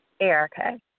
Erica